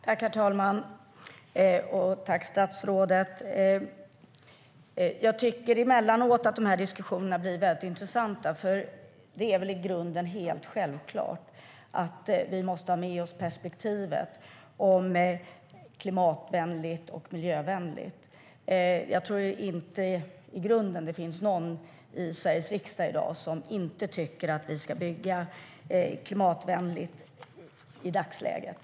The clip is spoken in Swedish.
Herr talman! Jag tackar statsrådet. Jag tycker emellanåt att diskussionerna blir väldigt intressanta, för det är väl i grunden självklart att vi måste ha med oss perspektivet om klimatvänligt och miljövänligt. Jag tror inte att det finns någon - ja, kanske någon - i Sveriges riksdag som inte tycker att vi ska bygga klimatvänligt i dagsläget.